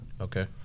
okay